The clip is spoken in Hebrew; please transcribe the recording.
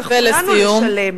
ומתי נצטרך כולנו לשלם?